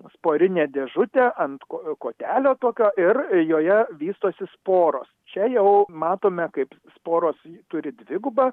sporinė dėžutė ant ko kotelio tokio ir joje vystosi sporos čia jau matome kaip sporos turi dvigubą